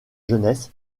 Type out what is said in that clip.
jeunesse